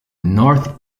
north